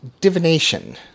divination